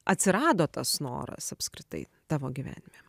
atsirado tas noras apskritai tavo gyvenime